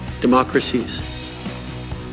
democracies